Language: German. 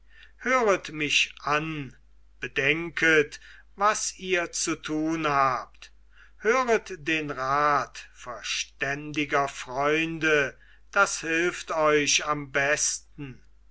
höret mich an bedenket was ihr zu tun habt höret den rat verständiger freunde das hilft euch am besten